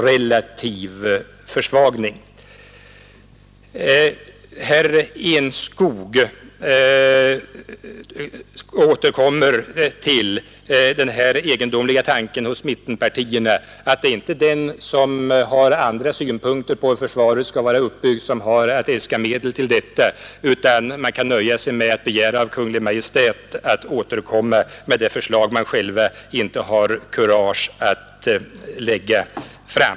Herr Enskog återkommer till mittenpartiernas egendomliga tanke att det inte är den som har avvikande synpunkter på hur försvaret skall vara uppbyggt som skall äska medel för sina förslag, utan att man kan nöja sig med att låta Kungl. Maj:t återkomma med de äskanden som man inte själv har kurage att lägga fram.